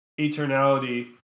eternality